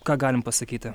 ką galim pasakyti